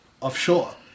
offshore